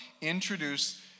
introduce